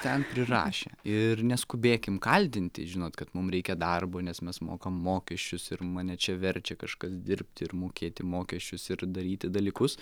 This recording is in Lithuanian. ten prirašė ir neskubėkim kaldinti žinot kad mum reikia darbo nes mes mokam mokesčius ir mane čia verčia kažkas dirbti ir mokėti mokesčius ir daryti dalykus